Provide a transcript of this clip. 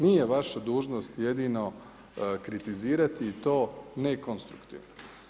Nije vaša dužnost jedino kritizirati i to nekonstruktivno.